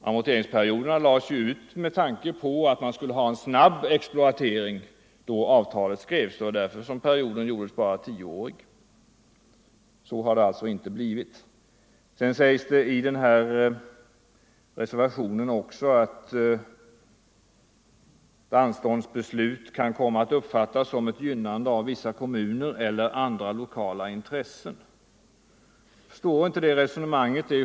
Amorteringsperioden lades ju ut då avtalet skrevs med tanke på att man skulle ha en snabb exploatering, och det var därför den gjordes bara tioårig. Så har det alltså inte blivit. Det sägs också i reservationen 3 att ”ett anståndsbeslut kan komma att uppfattas som ett gynnande av vissa kommuner eller andra lokala intressen”. Jag förstår inte det resonemanget.